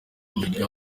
miguel